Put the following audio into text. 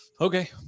Okay